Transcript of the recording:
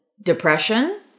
depression